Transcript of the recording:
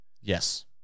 Yes